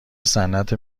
صنعت